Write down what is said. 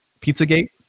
PizzaGate